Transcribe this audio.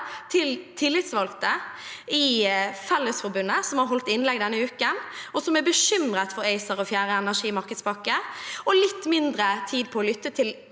til tillitsvalgte i Fellesforbundet – som har holdt innlegg denne uken, og som er bekymret for ACER og fjerde energimarkedspakke – og litt mindre tid på å lytte til